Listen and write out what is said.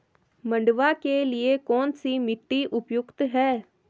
मंडुवा के लिए कौन सी मिट्टी उपयुक्त है?